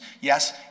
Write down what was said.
Yes